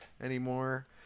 anymore